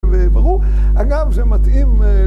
וברור, אגב זה מתאים